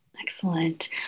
Excellent